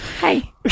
Hi